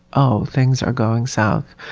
oh, things are going south.